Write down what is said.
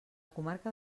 comarca